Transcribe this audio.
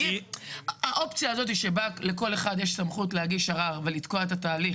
אבל האופציה הזאת שבה לכל אחד יש סמכות להגיש ערר ולתקוע את התהליך,